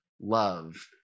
love